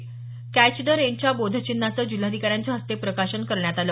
catch the रेनच्या बोधचिन्हाचं जिल्हाधिकाऱ्यांच्या हस्ते प्रकाशन करण्यात आलं